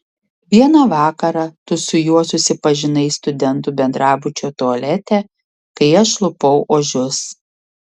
vieną vakarą tu su juo susipažinai studentų bendrabučio tualete kai aš lupau ožius